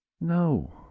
no